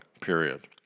period